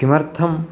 किमर्थं